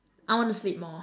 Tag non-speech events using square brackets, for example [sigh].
I wanna sleep more [laughs]